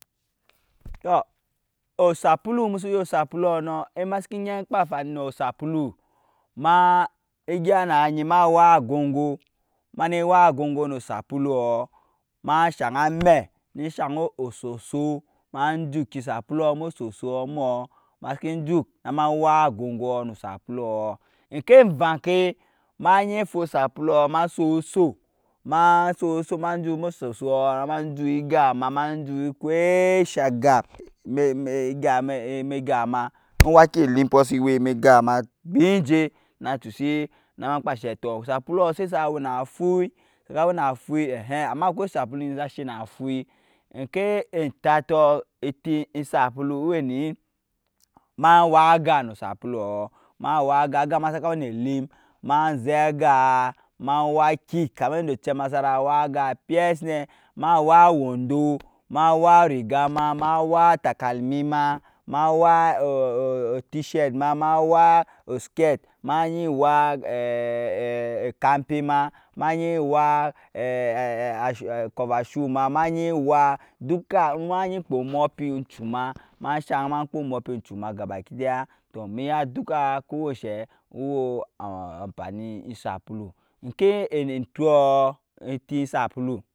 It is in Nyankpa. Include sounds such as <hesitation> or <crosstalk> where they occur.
Tɔɔ osapulu musu ya osapulu nɔɔ emasiki gɛp kpa fani nɔɔ osapulu ma egya na ɛyi na ɛyi ma wak agɔngɔɔ mani wak agɔngɔɔ nu osapulu ma shang amɛi nɛ shang osɔ sɔɔ ma juki osapulu mɔɔ oso sɔɔ mɔɔ masikin juck namawaka agɔngɔɔ nɔɔ osapulu ojkɛ vakɛ ma infu usapulu ma sɔsɔɔ <unintelligible> ma juk mɛ gap ma ma juk kwɛi sha gap <hesitation> ga ma waki elimpɔ si wɛ gap ma burunjɛ na chusi nama kpashɛ tɔɔ osapul sai sa wɔɔ na afuɛ saka wɛna afuɛ ama akwɛi osapulu ugyi sa shɛ na a fuɛ ojkɛ tatɔɔ owɛni ma waga nu osapulu ma waga agama saka wɛnɛ elim ma zɛk aga ma wakit kama indɛ ochɛ ma sa na wak aga pisɛ nɛ ma wak owɔndɔ ma wak origa ma wak atakalami ma ma wak atishɛt ma ma wak oskɛt ma yɛ wak ekampɛ <hesitation> ma ma yɛi wak <hesitation> kova shoe ma yɛ wak duka ma yɛi omɔpin ogju ma <hesitation> gaba kidaya tɔɔ mɛ ya duka eɔshɛi kuwɛi ampani osapulu ojkɛ kyiɔɔ ɛtɛ osapulu,